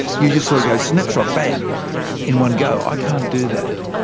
you just so go snapshot, bang' in one go. i can't do that.